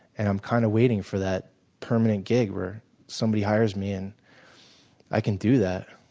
and i'm kind of waiting for that permanent gig where somebody hires me and i can do that,